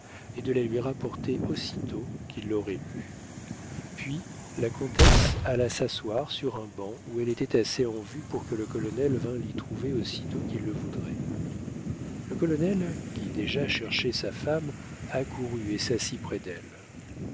et de la lui rapporter aussitôt qu'il l'aurait lue puis la comtesse alla s'asseoir sur un banc où elle était assez en vue pour que le colonel vînt l'y trouver aussitôt qu'il le voudrait le colonel qui déjà cherchait sa femme accourut et s'assit près d'elle